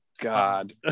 God